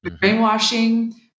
brainwashing